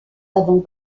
avant